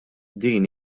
din